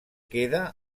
queda